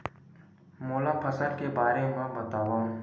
मोला फसल के बारे म बतावव?